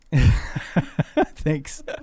Thanks